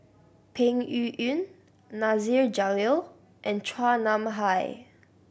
Peng Yuyun Nasir Jalil and Chua Nam Hai